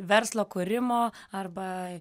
verslo kūrimo arba